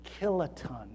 kiloton